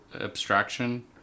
abstraction